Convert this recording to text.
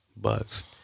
Bucks